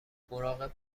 مراقب